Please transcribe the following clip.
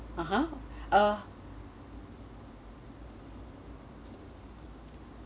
(uh huh) uh